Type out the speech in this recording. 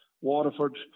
Waterford